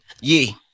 Yee